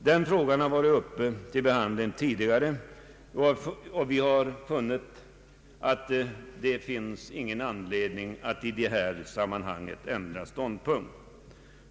Den frågan har varit uppe till behandling tidigare, och vi har funnit att det inte finns någon anledning att i detta sammanhang ändra ståndpunkt.